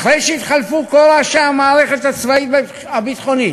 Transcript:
אחרי שהתחלפו כל ראשי המערכת הצבאית והביטחונית,